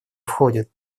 входит